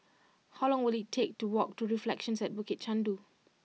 how long will it take to walk to Reflections at Bukit Chandu